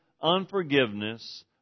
unforgiveness